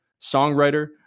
songwriter